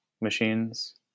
machines